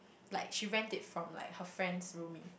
like she rent it from like her friend's roomie